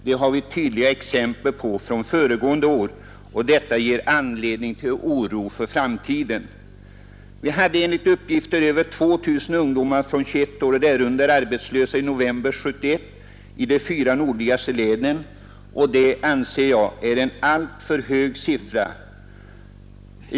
Det har vi tydliga exempel på från föregående år, och detta ger anledning till oro för framtiden. Vi hade enligt uppgift över 2 000 ungdomar från 21 år och därunder arbetslösa i november 1971 i de fyra nordligaste länen. Jag anser att det är en alltför hög siffra.